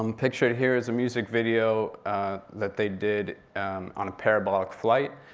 and pictured here is a music video that they did on a parabolic flight.